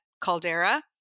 caldera